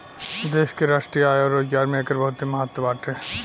देश के राष्ट्रीय आय अउर रोजगार में एकर बहुते महत्व बाटे